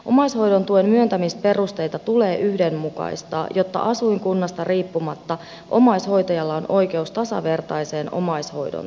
omaishoidon tuen myöntämisperusteita tulee yhdenmukaistaa jotta asuinkunnasta riippumatta omaishoitajalla on oikeus tasavertaiseen omaishoidon tukeen